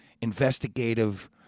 investigative